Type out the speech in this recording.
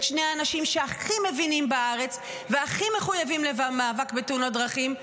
את שני האנשים שהכי מבינים בארץ והכי מחויבים למאבק בתאונות דרכים.